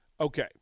Okay